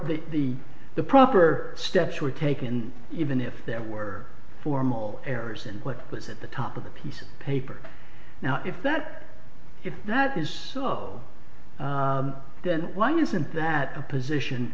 e the the proper steps were taken even if there were formal errors in what was at the top of the piece of paper now if that if that is so then why isn't that a position